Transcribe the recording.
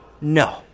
No